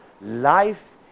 life